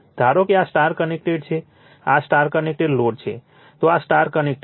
ધારો કે આ સ્ટાર કનેક્ટેડ છે આ સ્ટાર કનેક્ટેડ લોડ છે તો આ સ્ટાર કનેક્ટેડ છે